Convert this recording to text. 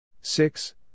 Six